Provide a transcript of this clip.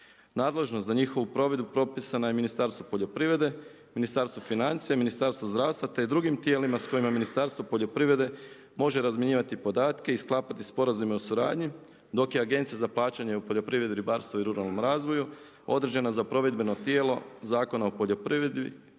Nadležnost za njihovu provedbu propisana je Ministarstvu poljoprivrede, Ministarstvu financija, Ministarstvu zdravstva te i drugim tijelima s kojima Ministarstvo poljoprivrede može razmjenjivati podatke i sklapati sporazume o suradnji dok je Agencija za plaćanje u poljoprivredi, ribarstvu i ruralnom razvoja određena za provedbeno tijelo Zakon o poljoprivredi